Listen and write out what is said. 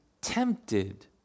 tempted